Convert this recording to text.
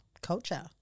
culture